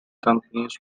companies